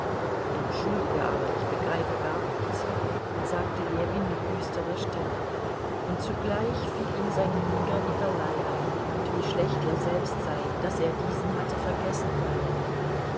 entschuldige aber ich begreife gar nichts sagte ljewin mit düsterer stirn und zugleich fiel ihm sein bruder nikolai ein und wie schlecht er selbst sei daß er diesen hatte vergessen können